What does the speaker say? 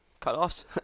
Cut-offs